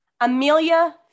Amelia